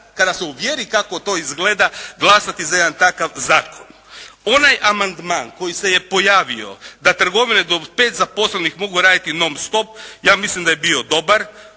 kada se uvjeri kako to izgleda glasati za jedan takav zakon. Onaj amandman koji se je pojavio da trgovine do 5 zaposlenih mogu raditi non stop ja mislim da je bio dobar.